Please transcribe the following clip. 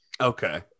okay